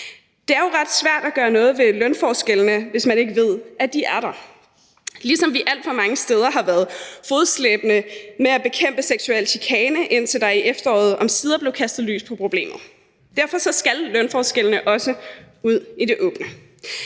Det er jo ret svært at gøre noget ved lønforskellene, hvis man ikke ved, at de er der – ligesom vi alt for mange steder har været fodslæbende med hensyn til at bekæmpe seksuel chikane, indtil der i efteråret omsider blev kastet lys på problemet. Derfor skal lønforskellene også ud i det åbne.